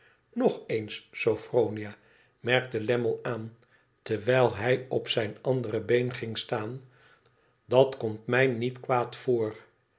nog eens sophronia merkte lammie aan terwijl hij op zijn ander been ging staan dat komt mij niet kwaad voor